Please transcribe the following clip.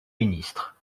ministre